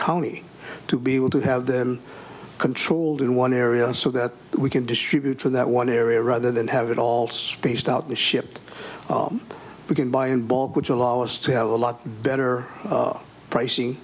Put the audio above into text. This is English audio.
county to be able to have them controlled in one area so that we can distribute for that one area rather than have it all spaced out the ship we can buy in bulk which allow us to have a lot better pric